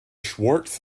schwarz